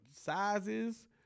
sizes